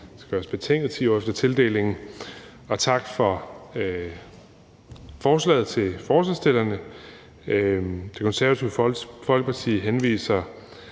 skal gøres betinget i 10 år efter tildelingen, og tak for forslaget til forslagsstillerne. Det Konservative Folkeparti foreslår